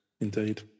Indeed